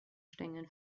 stängeln